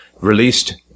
released